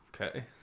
Okay